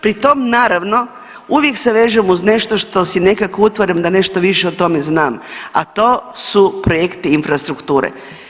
Pri tom, naravno, uvijek se vežem uz nešto što si nekako utvaram da nešto više o tome znam, a to su projekti infrastrukture.